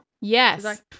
Yes